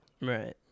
Right